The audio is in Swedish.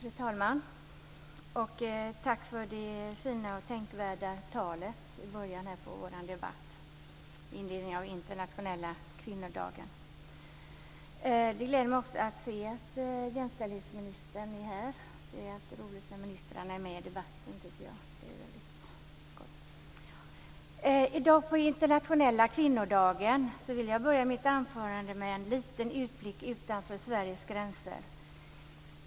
Fru talman! Och tack för det fina och tänkvärda talet i början av debatten med anledning av internationella kvinnodagen. Det gläder mig också att se att jämställdhetsministern är här. Det är alltid roligt när ministrarna är med i debatten. I dag på internationella kvinnodagen vill jag börja mitt anförande med en liten utblick utanför Sveriges gränser.